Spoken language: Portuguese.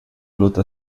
luta